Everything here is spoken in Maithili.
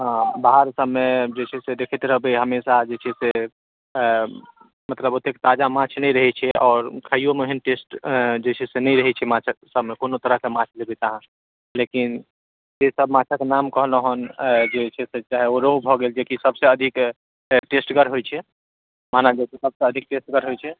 बाहर सभमे जे छै से देखैत रहबै हमेशा जे छै से ओतेक ताजा माछ नहि रहै छै आओर खाइयोमे ओहन टेस्ट जे छै से नहि रहै छै माछसभमे कोनो तरहक माछ लेबै तऽ अहाँ लेकिन जे सभ माछक नाम कहलहुँ हँ जे छै से रौहू भऽ गेल जेकि सभसे अधिक टेस्टगर होइ छै मानल गेल छै सभसे अधिक टेस्टगर होइ छै